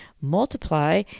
Multiply